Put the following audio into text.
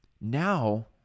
Now